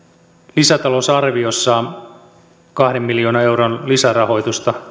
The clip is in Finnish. lisätalousarviossa kahden miljoonan euron lisärahoitusta